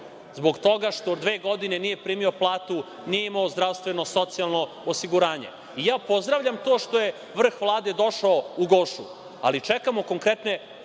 zbog toga što dve godine nije primio platu, nije imao zdravstveno, socijalno osiguranje. Pozdravljam to što je vrh Vlade došao u „Gošu“. Čekamo konkretne